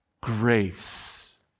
grace